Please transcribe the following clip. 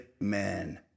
men